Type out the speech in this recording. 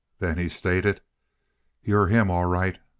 then he stated you're him, all right!